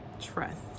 trust